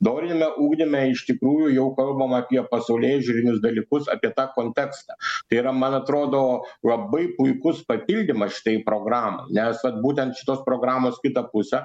doriniame ugdyme iš tikrųjų jau kalbama apie pasaulėžiūrinius dalykus apie tą kontekstą tai yra man atrodo labai puikus papildymas šitai programai nes būtent šitos programos kita pusė